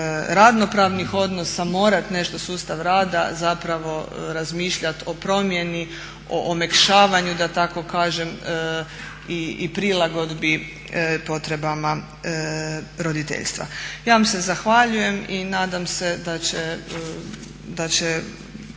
radno pravnih odnosa morati nešto sustav rada zapravo razmišljati o promjeni, o omekšavanju da tako kažem i prilagodbi potrebama roditeljstva. Ja vam se zahvaljujem i nadam se da će